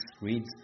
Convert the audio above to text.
reads